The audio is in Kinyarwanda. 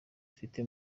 afite